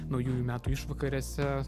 naujųjų metų išvakarėse